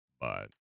but-